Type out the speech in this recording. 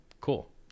cool